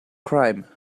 crime